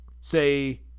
say